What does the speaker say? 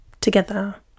together